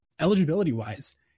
Eligibility-wise